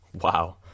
Wow